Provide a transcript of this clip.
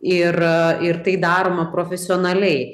ir ir tai daroma profesionaliai